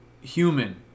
human